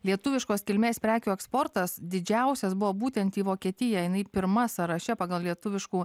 lietuviškos kilmės prekių eksportas didžiausias buvo būtent į vokietiją jinai pirma sąraše pagal lietuviškų